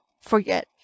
forget